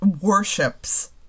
worships